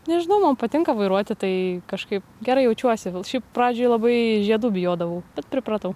nežinau man patinka vairuoti tai kažkaip gerai jaučiuosi gal šiaip pradžioj labai žiedų bijodavau bet pripratau